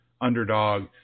underdog